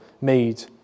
made